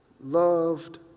loved